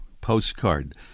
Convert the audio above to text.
postcard